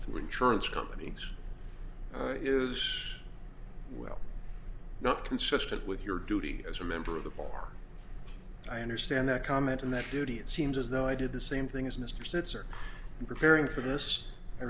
to insurance companies is well not consistent with your duty as a member of the bar i understand that comment and that judy it seems as though i did the same thing as mr spencer in preparing for this